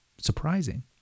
surprising